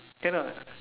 cannot